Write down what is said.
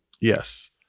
Yes